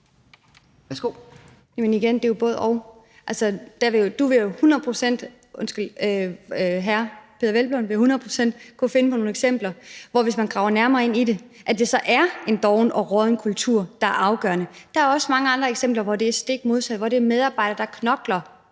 sikkert kunne finde nogle eksempler, hvor det, hvis man graver nærmere ned i det, er en doven og rådden kultur, der er afgørende. Der er også mange andre eksempler, hvor det forholder sig stik modsat, altså hvor der er tale om medarbejdere, der knokler